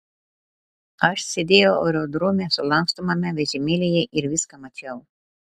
aš sėdėjau aerodrome sulankstomame vežimėlyje ir viską mačiau